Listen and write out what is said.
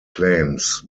claims